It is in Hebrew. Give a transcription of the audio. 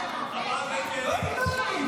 חבר הכנסת נאור שירי, קריאה שלישית.